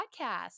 podcast